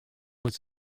was